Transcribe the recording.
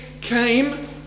came